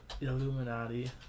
Illuminati